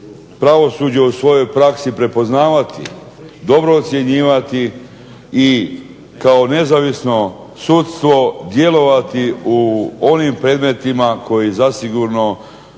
pravosuđe u svojoj praksi prepoznavati, dobro ocjenjivati i kao nezavisno sudstvo djelovati u onim predmetima koji zasigurno